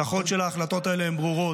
ההשלכות של החלטות אלו ברורות,